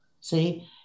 See